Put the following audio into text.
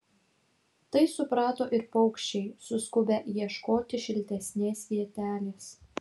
tai suprato ir paukščiai suskubę ieškoti šiltesnės vietelės